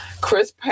Chris